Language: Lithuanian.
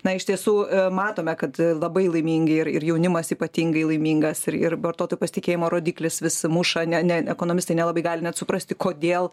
na iš tiesų matome kad labai laimingi ir ir jaunimas ypatingai laimingas ir ir vartotojų pasitikėjimo rodiklis vis muša ne ne ekonomistai nelabai gali net suprasti kodėl